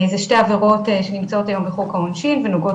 זה שתי עבירות שנמצאות היום בחוק העונשין ונוגעות